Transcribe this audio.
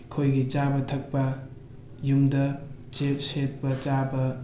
ꯑꯩꯈꯣꯏꯒꯤ ꯆꯥꯕ ꯊꯛꯄ ꯌꯨꯝꯗ ꯁꯦꯠꯄ ꯆꯥꯕ